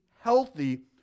healthy